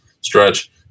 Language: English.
stretch